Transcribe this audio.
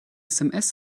sms